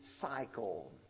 cycle